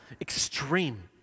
extreme